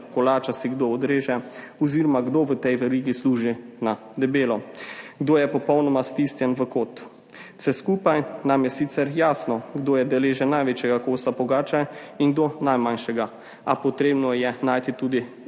kolača si kdo odreže oziroma kdo v tej verigi služi na debelo, kdo je popolnoma stisnjen v kot. Vse skupaj nam je sicer jasno, kdo je deležen največjega kosa pogače in kdo najmanjšega, a treba je najti tudi